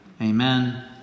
Amen